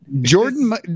Jordan